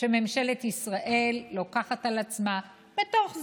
שממשלת ישראל לוקחת על עצמה בתוך זמן,